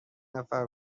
نفر